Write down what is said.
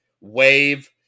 wave